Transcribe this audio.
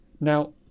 Now